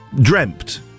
dreamt